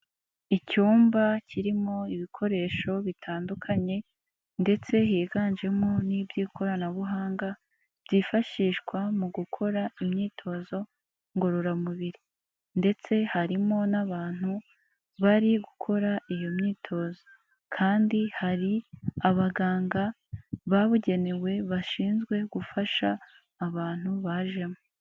Icyumba kirimo ibikoresho bitandukanye ndetse higanjemo n'iby'ikoranabuhanga, byifashishwa mu gukora imyitozo ngororamubiri ndetse harimo n'abantu bari gukora iyo myitozo kandi hari abaganga babugenewe bashinzwe gufasha abantu bajemo.